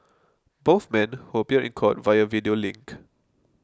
both men who appeared in court via video link